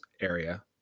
area